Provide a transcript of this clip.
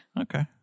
Okay